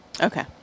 Okay